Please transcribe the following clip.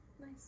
Nice